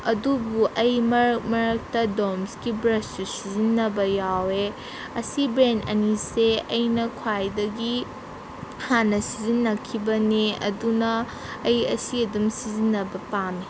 ꯑꯗꯨꯕꯨ ꯑꯩ ꯃꯔꯛ ꯃꯔꯛꯇ ꯗꯣꯝꯁꯀꯤ ꯕ꯭ꯔꯁꯁꯨ ꯁꯤꯖꯤꯟꯅꯕ ꯌꯥꯏꯋꯦ ꯑꯁꯤ ꯕ꯭ꯔꯦꯟ ꯑꯅꯤꯁꯦ ꯑꯩꯅ ꯈ꯭ꯋꯥꯏꯗꯒꯤ ꯍꯥꯟꯅ ꯁꯤꯖꯤꯟꯅꯈꯤꯕꯅꯦ ꯑꯗꯨꯅ ꯑꯩ ꯑꯁꯤ ꯑꯗꯨꯝ ꯁꯤꯖꯤꯟꯅꯕ ꯄꯥꯝꯃꯤ